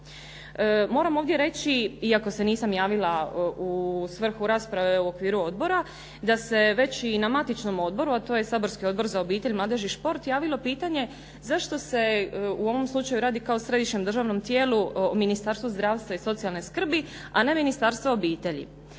Moram ovdje reći iako se nisam javila u svrhu rasprave u okviru odbora da se već i na matičnom odboru, a to je saborski Odbor za obitelj, mladež i šport javilo pitanje zašto se u ovom slučaju radi kao Središnjem državnom tijelu Ministarstvo zdravstva i socijalne skrbi, a ne Ministarstvo obitelji.